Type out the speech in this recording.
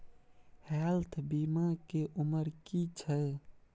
Health बीमा के उमर की छै?